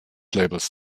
labels